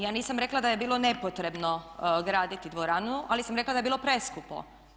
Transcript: Ja nisam rekla da je bilo nepotrebno graditi dvoranu ali sam rekla da je bilo preskupo.